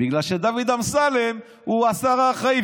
בגלל שדוד אמסלם הוא השר האחראי,